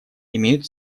имеют